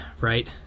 right